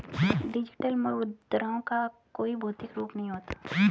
digital मुद्राओं का कोई भौतिक रूप नहीं होता